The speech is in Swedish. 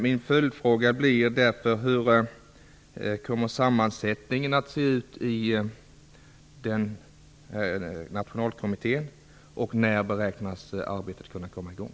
Min följdfråga blir därför: Hur kommer sammansättningen i nationalkommittén att se ut, och när beräknas arbetet kunna komma i gång?